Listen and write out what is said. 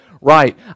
right